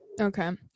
okay